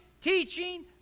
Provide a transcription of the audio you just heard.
teaching